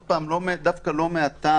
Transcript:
עכשיו.